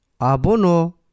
abono